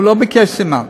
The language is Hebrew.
הוא לא ביקש סימן.